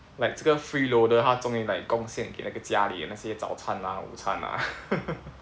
like 这个 free loader 她终于 like 贡献给那个家里那些早餐啊午餐啊